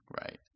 Right